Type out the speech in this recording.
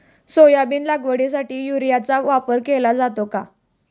Soybean लागवडीसाठी युरियाचा वापर केला जातो का?